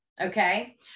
Okay